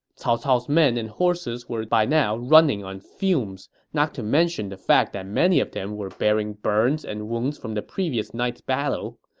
cao cao's men and horses were by now running on fumes, not to mention the fact that many of them were bearing burns and wounds from the previous night's battle.